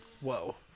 Whoa